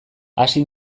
hasi